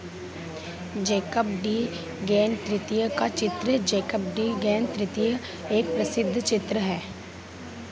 Jacob de Gheyn तृतीय का चित्र ज़ैकब डी गेन तृतीय एक प्रसिद्ध चित्र है